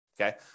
okay